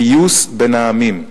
פיוס בין העמים,